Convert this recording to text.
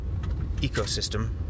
ecosystem